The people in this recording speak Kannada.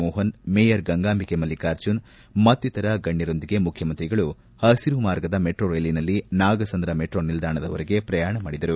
ಮೋಹನ್ ಮೇಯರ್ ಗಂಗಾಂಬಿಕೆ ಮಲ್ಲಿಕಾರ್ಜುನ್ ಮತ್ತಿತರ ಗಣ್ಯರೊಂದಿಗೆ ಮುಖ್ಯಮಂತ್ರಿಗಳು ಪಸಿರು ಮಾರ್ಗದ ಮೆಟ್ರೋ ರೈಲಿನಲ್ಲಿ ನಾಗಸಂದ್ರ ಮೆಟ್ರೋ ನಿಲ್ದಾಣದವರೆಗೆ ಪ್ರಯಾಣ ಮಾಡಿದರು